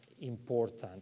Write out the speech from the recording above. important